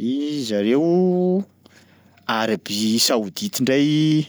I zareo Arabia Saodita ndray